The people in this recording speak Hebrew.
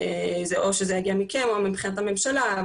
או שזה יגיע מכם או מבחינת הממשלה,